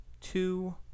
two